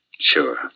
Sure